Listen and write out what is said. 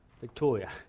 Victoria